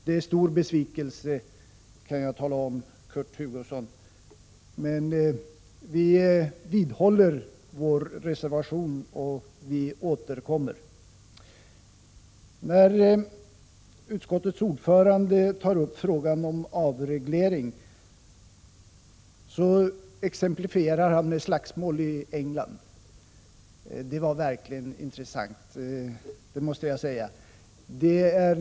Jag är mycket besviken, Kurt Hugosson, men vi vidhåller vår reservation och återkommer. När utskottsordföranden tog upp frågan om avreglering exemplifierade han med slagsmål i England. Det var verkligen intressant.